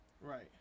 Right